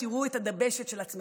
עד מתי לא תראו את הדבשת של עצמכם?